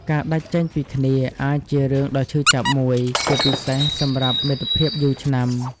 ការដាច់ចេញពីគ្នាអាចជារឿងដ៏ឈឺចាប់មួយ ជាពិសេសសម្រាប់មិត្តភាពយូរឆ្នាំ។